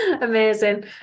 Amazing